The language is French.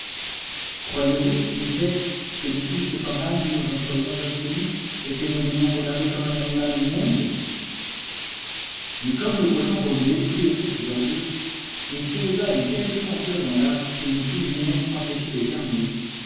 croyez-vous usbek que depuis ce temps-là nous nous en soyons abstenus et que nous l'ayons regardé comme un animal immonde mais comme le cochon remuoit tous les jours ces ordures il s'éleva une telle puanteur dans l'arche qu'il ne put lui-même s'empêcher d'éternuer